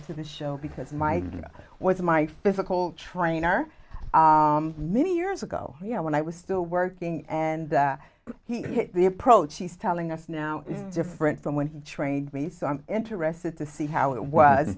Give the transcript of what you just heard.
to the show because mike was my physical trainer many years ago when i was still working and he hit the approach she's telling us now is different from when he trained me so i'm interested to see how it was